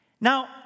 Now